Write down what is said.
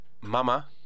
Mama